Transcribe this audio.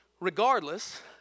Regardless